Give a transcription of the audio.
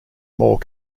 more